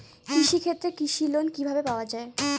কৃষি ক্ষেত্রে কৃষি লোন কিভাবে পাওয়া য়ায়?